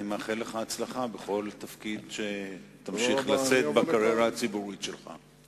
אני מאחל לך הצלחה בכל תפקיד שתמשיך ותישא בקריירה הציבורית שלך.